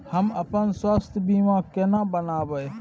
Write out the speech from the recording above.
हम अपन स्वास्थ बीमा केना बनाबै?